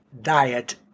diet